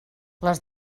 les